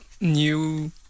new